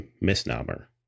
misnomer